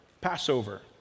Passover